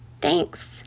Thanks